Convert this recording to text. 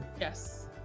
Yes